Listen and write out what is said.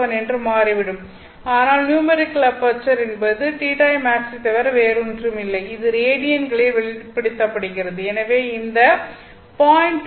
2417 என்று மாறிவிடும் ஆனால் நியூமெரிக்கல் அபெர்ச்சர் என்பது θimax ஐத் தவிர வேறு ஒன்றும் இல்லை இது ரேடியன்களில் வெளிப்படுத்தப்படுகிறது எனவே இந்த 0